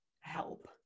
help